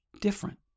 different